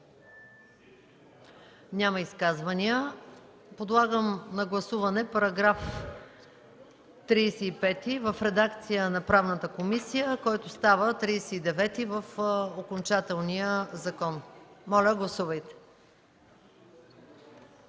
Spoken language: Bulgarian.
Няма изказвания. Подлагам на гласуване § 35 в редакцията на Правната комисия, който става § 39 в окончателния закон. Гласували